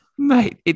Mate